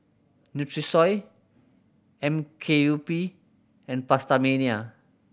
Nutrisoy M K U P and PastaMania